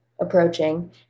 approaching